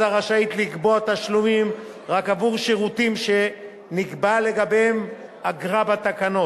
מד"א רשאית לגבות תשלומים רק עבור שירותים שנקבעה לגביהם אגרה בתקנות.